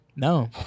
No